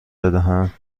بدهم